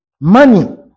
Money